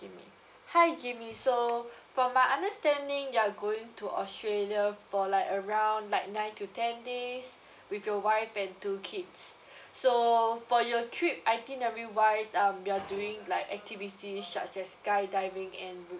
hi jimmy so from my understanding you are going to australia for like around like nine to ten days with your wife and two kids so for your trip itinerary wise um you're doing like activities such as skydiving and